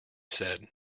said